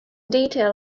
detail